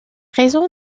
raisons